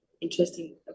interesting